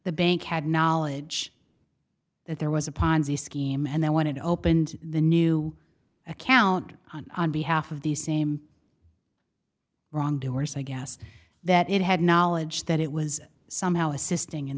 the bank had knowledge that there was a ponzi scheme and then when it opened the new account on behalf of the same wrongdoers i guess that it had knowledge that it was somehow assisting in